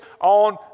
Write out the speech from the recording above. on